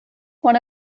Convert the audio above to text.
one